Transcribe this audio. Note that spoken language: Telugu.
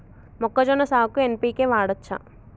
మొక్కజొన్న సాగుకు ఎన్.పి.కే వాడచ్చా?